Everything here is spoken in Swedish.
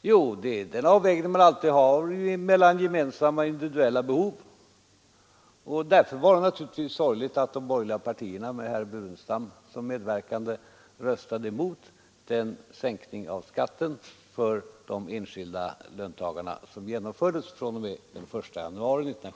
Jo, det är den avvägning som man alltid har att göra mellan gemensamma och individuella behov, och därför var det naturligtvis sorgligt att de borgerliga partierna, med herr Burenstam Linder som medverkande, röstade emot den sänkning av Januari deg. Torsdagen den För det andra: Det finns inte så många ”statliga hus”, såvitt jag vet.